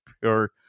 pure